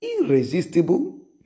irresistible